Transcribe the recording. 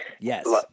Yes